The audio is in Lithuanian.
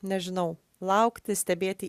nežinau laukti stebėti